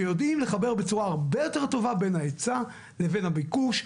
שיודעים לחבר בצורה הרבה יותר טובה בין ההיצע לבין הביקוש,